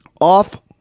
off